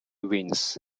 wins